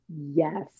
Yes